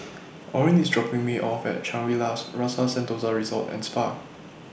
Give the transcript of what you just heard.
Orin IS dropping Me off At Shangri La's Rasa Sentosa Resort and Spa